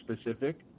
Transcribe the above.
specific